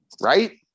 right